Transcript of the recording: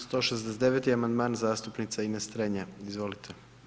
169. amandman zastupnica Ines Strenja, izvolite.